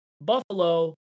buffalo